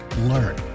learn